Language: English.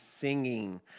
singing